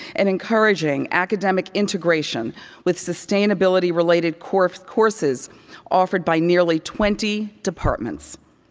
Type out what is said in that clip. and encouraging academic integration with sustainability related courses courses offered by nearly twenty departments.